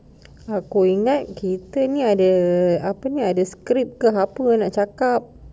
aku ingat kita ni ada apa ni ada the script ke nak cakap